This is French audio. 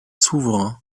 souverains